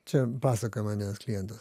čia pasakojo man vienas klientas